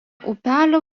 upelio